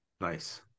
Nice